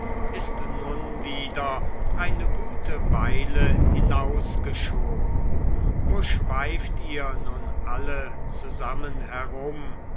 ist nun wieder eine gute weile hinausgeschoben wo schweift ihr nun alle zusammen herum